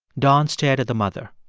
don stared at the mother.